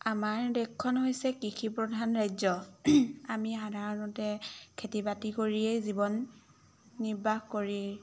আমাৰ দেশখন হৈছে কৃষি প্ৰধান ৰাজ্য আমি সাধাৰণতে খেতি বাতি কৰিয়েই জীৱন নিৰ্বাহ কৰি